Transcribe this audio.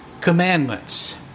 commandments